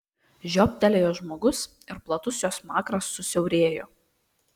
žiobtelėjo žmogus ir platus jo smakras susiaurėjo